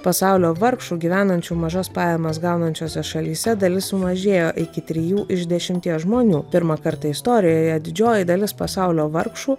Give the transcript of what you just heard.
pasaulio vargšų gyvenančių mažas pajamas gaunančiose šalyse dalis sumažėjo iki trijų iš dešimties žmonių pirmą kartą istorijoje didžioji dalis pasaulio vargšų